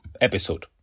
episode